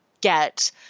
get